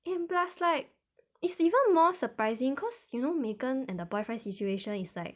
and plus like it's even more surprising cause you know megan and the boyfriend situation is like